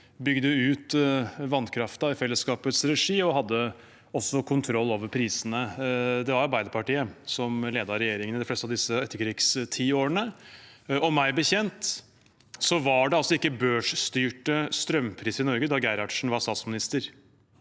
bygde ut vannkraften i fellesskapets regi og også hadde kontroll over prisene. Det var Arbeiderpartiet som ledet regjeringen i de fleste av disse etterkrigstiårene, og meg bekjent var det altså ikke børsstyrte strømpriser i Norge da Gerhardsen var statsminister.